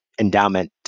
endowment